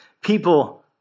people